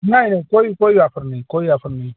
नहीं नहीं कोई कोई ऑफर नहीं कोई ऑफर नहीं